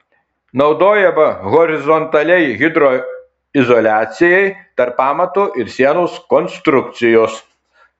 naudojama horizontaliai hidroizoliacijai tarp pamato ir sienos konstrukcijos